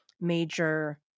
major